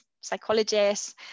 psychologists